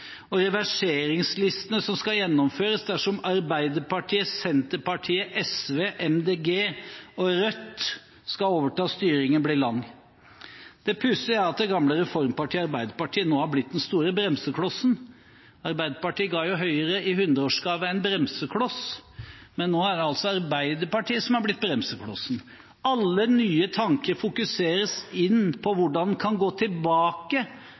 over reverseringer som skal gjennomføres dersom Arbeiderpartiet, Senterpartiet, SV, MDG og Rødt overtar styringen, blir lang. Det pussige er at det gamle reformpartiet Arbeiderpartiet nå har blitt den store bremseklossen. Arbeiderpartiet ga Høyre en bremsekloss i 100-årsgave – men nå er det altså Arbeiderpartiet som har blitt bremseklossen. Alle nye tanker fokuseres inn på hvordan en kan gå tilbake